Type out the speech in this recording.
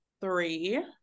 three